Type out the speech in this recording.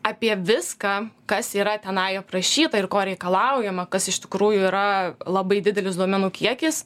apie viską kas yra tenai aprašyta ir ko reikalaujama kas iš tikrųjų yra labai didelis duomenų kiekis